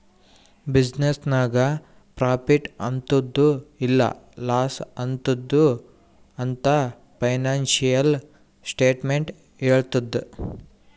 business ನಾಗ್ profit ಆತ್ತುದ್ ಇಲ್ಲಾ ಲಾಸ್ ಆತ್ತುದ್ ಅಂತ್ ಫೈನಾನ್ಸಿಯಲ್ ಸ್ಟೇಟ್ಮೆಂಟ್ ಹೆಳ್ತುದ್